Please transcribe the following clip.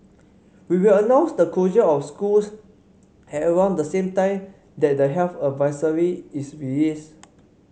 we will announce the closure of schools at around the same time that the health advisory is released